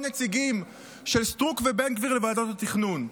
נציגים של סטרוק ובן גביר לוועדות התכנון.